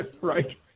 right